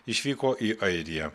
išvyko į airiją